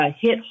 hit